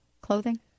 clothing